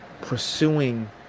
pursuing